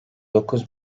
dokuz